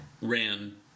ran